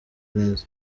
neza